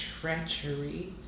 treachery